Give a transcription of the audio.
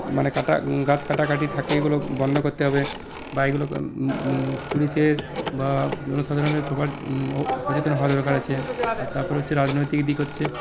মানে কাটা গাছ কাটাকাটি থাকে এগুলো বন্ধ করতে হবে বা এগুলো পুলিশের বা জনসাধারণের সবার সচেতন হওয়া দরকার আছে আর তারপর হচ্ছে রাজনৈতিক দিক হচ্ছে